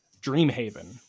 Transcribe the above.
Dreamhaven